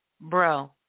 bro